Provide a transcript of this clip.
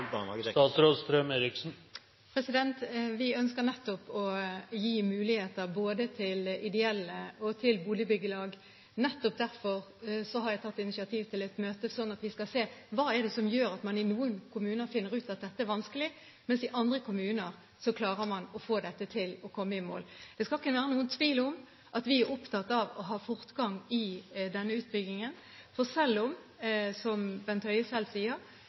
ønsker nettopp å gi muligheter både til ideelle og til boligbyggelag. Nettopp derfor har jeg tatt initiativ til et møte, slik at vi skal se på hva det er som gjør at man i noen kommuner finner ut at dette er vanskelig, mens man i andre kommuner klarer å få dette til og kommer i mål. Det skal ikke være noen tvil om at vi er opptatt av å ha fortgang i denne utbyggingen. Selv om, som